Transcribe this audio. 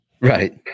right